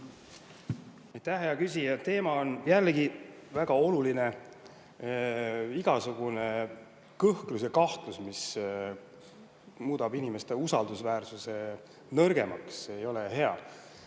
hea küsija! Teema on jällegi väga oluline. Igasugune kõhklus ja kahtlus, mis muudab inimeste usalduse nõrgemaks, ei ole hea.